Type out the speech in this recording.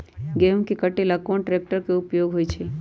गेंहू के कटे ला कोंन ट्रेक्टर के उपयोग होइ छई?